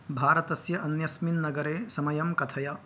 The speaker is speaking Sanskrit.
भारतस्य अन्यस्मिन् नगरे समयं कथय